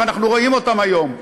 ואנחנו רואים אותם היום,